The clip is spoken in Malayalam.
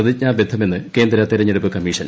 പ്രതിജ്ഞാബദ്ധമെന്ന് കേന്ദ്ര തെരഞ്ഞെടുപ്പ് കമ്മീഷൻ